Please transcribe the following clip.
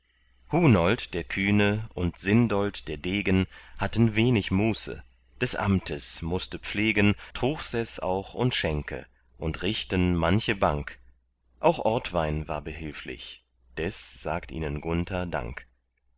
hunold der kühne und sindold der degen hatten wenig muße des amtes mußte pflegen truchseß auch und schenke und richten manche bank auch ortwein war behilflich des sagt ihnen gunther dank